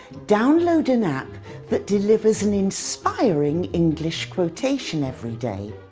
download an app that delivers an inspiring english quotation every day.